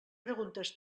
preguntes